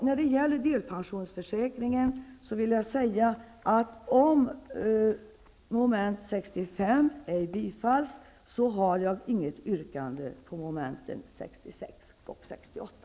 När det gäller delpensionsförsäkringen har jag följande att säga. Om mom. 65 ej bifalles, har jag inget yrkande till mom. 66 och 68.